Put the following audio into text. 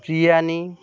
biryani